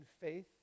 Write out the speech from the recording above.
faith